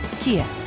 Kia